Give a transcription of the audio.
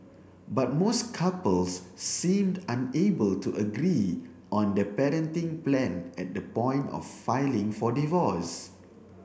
but most couples seemed unable to agree on the parenting plan at the point of filing for divorce